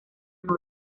zona